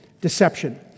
deception